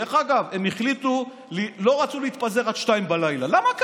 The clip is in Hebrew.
דרך אגב, הם לא רצו להתפזר עד 02:00. למה?